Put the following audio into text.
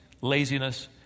laziness